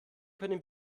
können